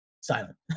silent